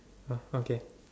oh okay